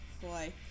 boy